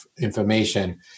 information